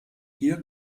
hier